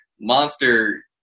monster